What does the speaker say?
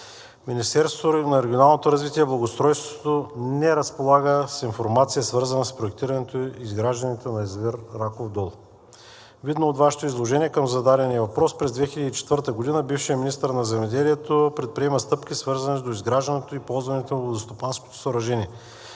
Министерството на регионалното развитие и благоустройството не разполага с информация, свързана с проектирането и изграждането на язовир „Раков дол“. Видно от Вашето изложение към зададения въпрос, през 2004 г. бившият министър на земеделието предприема стъпки, свързани с доизграждането и ползването на водностопанското съоръжение.